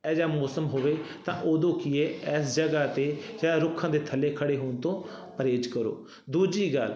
ਅਜਿਹਾ ਮੌਸਮ ਹੋਵੇ ਤਾਂ ਉਦੋਂ ਕੀ ਹੈ ਇਸ ਜਗ੍ਹਾ 'ਤੇ ਜਿਹੜਾ ਰੁੱਖਾਂ ਦੇ ਥੱਲੇ ਖੜ੍ਹੇ ਹੋਣ ਤੋਂ ਪਰਹੇਜ਼ ਕਰੋ ਦੂਜੀ ਗੱਲ